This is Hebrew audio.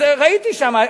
וראיתי שם,